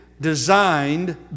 designed